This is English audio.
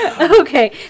Okay